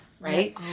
Right